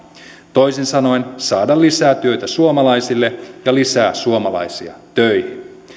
toisin sanoen saada lisää työtä suomalaisille ja lisää suomalaisia töihin